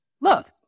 look